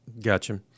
Gotcha